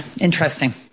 interesting